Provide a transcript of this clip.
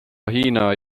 hiina